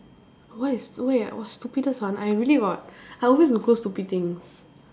what is wait oh stupidest one I really got I always Google stupid things